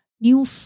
new